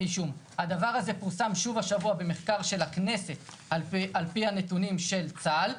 הדבר הזה פורסם שוב השבוע במחקר של הכנסת על פי הנתונים של צה"ל,